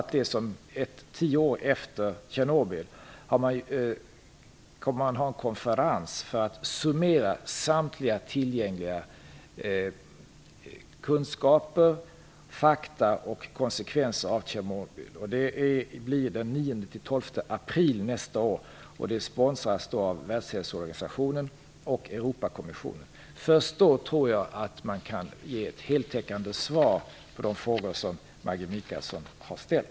Tio år efter Tjernobyl kommer man att ha en konferens för att summera samtliga tillgängliga kunskaper, fakta och konsekvenser av Tjernobyl. Den blir den 9-12 april nästa år. Den sponsras av Världshälsoorganisationen och Europakommissionen. Jag tror att man först då kan ge ett heltäckande svar på de frågor som Maggi Mikaelsson har ställt.